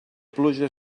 pluja